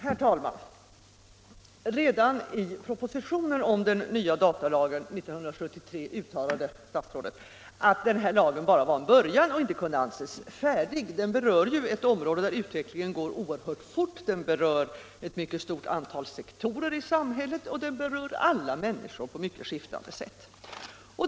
Herr talman! Redan i propositionen om den nya datalagen 1973 uttalade statsrådet att den här lagen bara var en början och inte kunde anses färdig. Den berör ett område där utvecklingen går oerhört fort, den berör ett mycket stort antal sektorer i samhället och den berör alla människor på mycket skiftande sätt.